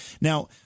Now